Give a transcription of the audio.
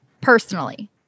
personally